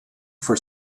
for